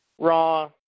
Raw